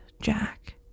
Jack